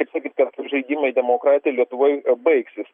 kai satyt kad žaidimai demokratiją lietuvoje baigsis